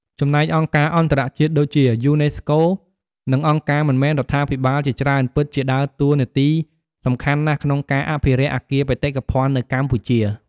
ចំណែកអង្គការអន្តរជាតិ ដូចជា យូណេស្កូ និងអង្គការមិនមែនរដ្ឋាភិបាលជាច្រើនពិតជាដើរតួនាទីសំខាន់ណាស់ក្នុងការអភិរក្សអគារបេតិកភណ្ឌនៅកម្ពុជា។